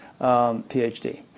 PhD